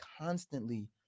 constantly